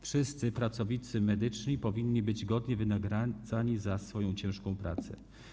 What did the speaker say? Wszyscy pracownicy medycznie powinni być godnie wynagradzani za swoją ciężką pracę.